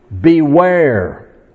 beware